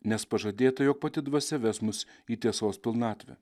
nes pažadėta jog pati dvasia ves mus į tiesos pilnatvę